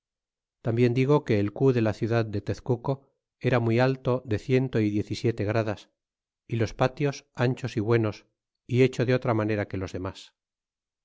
tambien digo que el cu de la ciudad de tezcuco era muy alto de ciento y diez y siete gradas y los patios anchos y buenos y hecho de otra manera que los demas